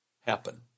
happen